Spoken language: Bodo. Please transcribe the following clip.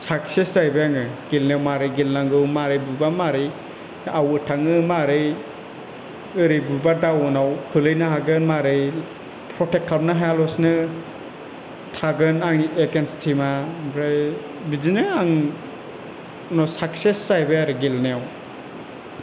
साकसेस जाहैबाय आङो गेलेनायाव माबोरै गेलेनांगौ माबोरै बुबा माबोरै आवद थाङो माबोरै ओरै बुबा दावनाव खोलैनो हागोन माबोरै प्रटेक खालामनो हाया लासेनो थागोन आंनि एगेनस्ट टिम या ओमफ्राय बिदिनो आं उनाव साकसेस जाहैबाय आरो गेलेनायाव